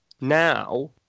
now